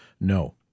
no